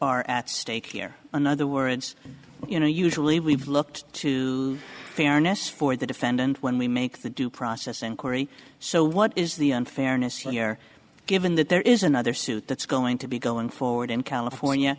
are at stake here in other words you know usually we've looked to fairness for the defendant when we make the due process and corey so what is the unfairness in here given that there is another suit that's going to be going forward in california